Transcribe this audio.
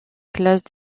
classe